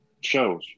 shows